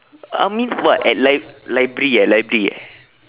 I mean what at lib~ library eh library eh